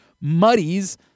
muddies